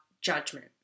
judgment